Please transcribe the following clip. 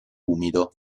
umido